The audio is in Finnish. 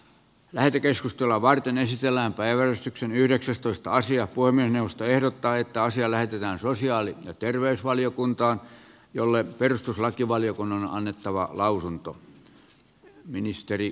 lähetekeskustelua varten esitellään päiväystyksen yhdeksästoista asiat voimin puhemiesneuvosto ehdottaa että asia lähetetään sosiaali ja terveysvaliokuntaan jolle perustuslakivaliokunnan on annettava lausunto